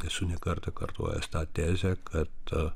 esu ne kartą kartojęs tą tezę kad